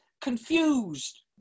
confused